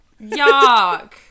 yuck